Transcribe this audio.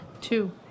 two